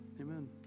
amen